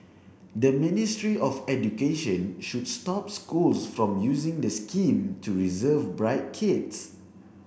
the Ministry of Education should stop schools from using the scheme to reserve bright kids